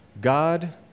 God